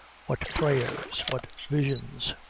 what prayers, what visions?